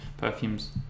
perfumes